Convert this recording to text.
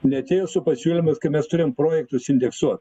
neatėjo su pasiūlymais kai mes turim projektus indeksuot